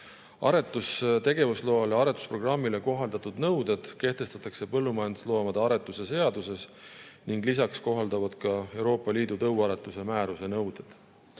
Aretuse tegevusloale ja aretusprogrammile kohaldatud nõuded kehtestatakse põllumajandusloomade aretuse seaduses ning lisaks kohalduvad Euroopa Liidu tõuaretuse määruse nõuded.